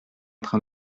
train